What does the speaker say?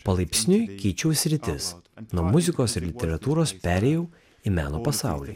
palaipsniui keičiu sritis nuo muzikos ir literatūros perėjau į meno pasaulį